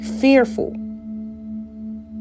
fearful